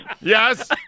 Yes